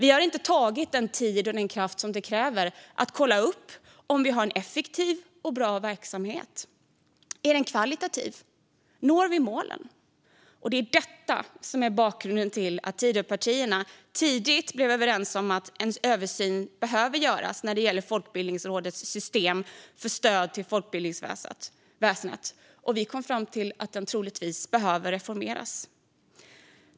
Vi har inte tagit oss den tid och kraft som krävs för att kolla upp om verksamheten är effektiv och bra. Är den kvalitativ? Når vi målen? Detta är bakgrunden till att Tidöpartierna tidigt kom överens om att det behöver göras en översyn av Folkbildningsrådets system för stöd till folkbildningsväsendet. Vi kom fram till att det troligtvis behöver reformeras.